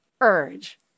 urge